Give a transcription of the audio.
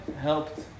helped